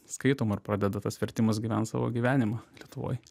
skaitoma ir pradeda tas vertimas gyvent savo gyvenimą lietuvoj